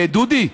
דודי,